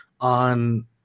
on